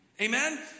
Amen